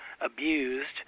abused